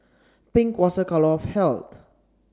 pink was a colour of health